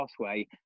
pathway